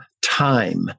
time